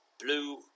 blue